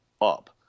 up